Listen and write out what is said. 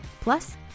Plus